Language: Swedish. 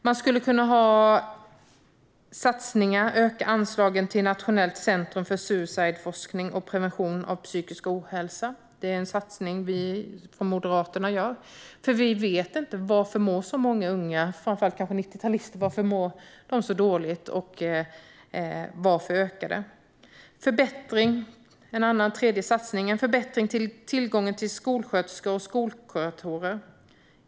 Man skulle kunna öka anslagen till Nationellt centrum för suicidforskning och prevention av psykisk ohälsa. Det är en satsning vi i Moderaterna vill göra, för vi vet inte varför så många unga - kanske framför allt 90talister - mår så dåligt och varför det ökar. En annan satsning är en förbättring av tillgången till skolsköterskor och skolkuratorer.